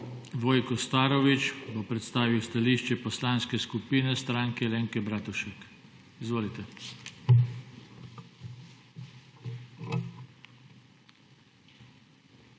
Vojko Starović bo predstavil stališče Poslanske skupine Stranke Alenke Bratušek. Izvolite.